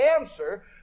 answer